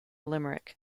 limerick